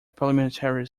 parliamentary